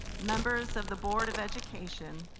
members of the board of education,